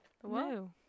whoa